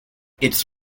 its